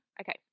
okay